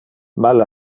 mal